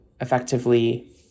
effectively